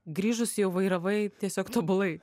grįžus jau vairavai tiesiog tobulai